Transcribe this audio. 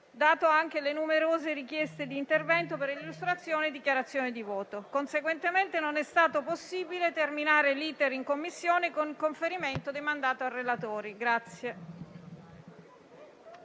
date anche le numerose richieste di intervento per l'illustrazione e le dichiarazioni di voto. Conseguentemente, non è stato possibile terminare l'*iter* in Commissione con il conferimento del mandato ai relatori.